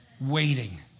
Waiting